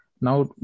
Now